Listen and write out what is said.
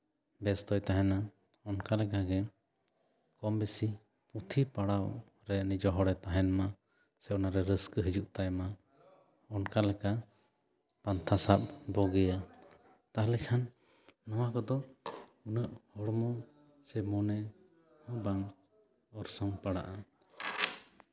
ᱵᱮᱥᱛᱚᱭ ᱛᱟᱦᱮᱱᱟ ᱚᱱᱠᱟ ᱞᱮᱠᱟᱜᱮ ᱠᱚᱢ ᱵᱮᱥᱤ ᱯᱩᱛᱷᱤ ᱯᱟᱲᱦᱟᱣ ᱨᱮ ᱱᱤᱡᱮ ᱦᱚᱲᱮ ᱛᱟᱦᱮᱱ ᱢᱟ ᱥᱮ ᱚᱱᱟᱨᱮ ᱨᱟᱹᱥᱠᱟᱹ ᱦᱤᱡᱩᱜ ᱛᱟᱭᱢᱟ ᱚᱱᱠᱟ ᱞᱮᱠᱟ ᱯᱟᱱᱛᱷᱟ ᱥᱟᱵ ᱵᱩᱜᱤᱭᱟ ᱛᱟᱦᱚᱞᱮ ᱠᱷᱟᱱ ᱱᱚᱣᱟ ᱠᱚᱫᱚ ᱱᱩᱱᱟᱹᱜ ᱦᱚᱲᱢᱚ ᱥᱮ ᱢᱚᱱᱮ ᱵᱟᱝ ᱚᱨᱥᱚᱝ ᱯᱟᱲᱟᱜᱼᱟ